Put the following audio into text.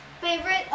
favorite